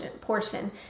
portion